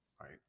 right